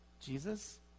Jesus